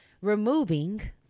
removing